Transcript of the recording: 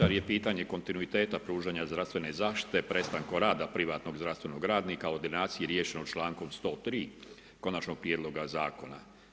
Ali je pitanje kontinuiteta pružanju zdravstvene zaštite, prestanku rada privatnog zdravstvenog radnika, u ordinaciji riješenog čl. 103. konačnog prijedloga zakona.